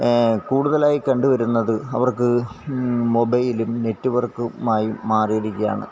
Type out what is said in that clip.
കൂടുതലായി കണ്ടുവരുന്നത് അവര്ക്ക് മൊബൈലും നെറ്റുവര്ക്കുമായും മാറിയിരിക്കുകയാണ്